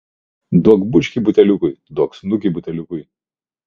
duok bučkį buteliukui duok snukį buteliukui